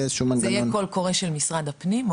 זה יהיה קול קורא של משרד הפנים?